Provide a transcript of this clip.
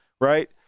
right